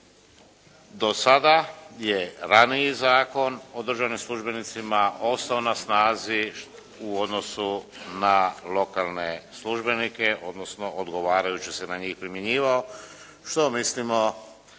Do sada je raniji Zakon o državnim službenicima ostao na snazi u odnosu na lokalne službenike odnosno odgovarajuće se na njih primjenjivao što mislimo